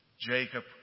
Jacob